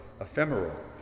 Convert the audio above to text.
ephemeral